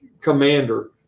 commander